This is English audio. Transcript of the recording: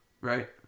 right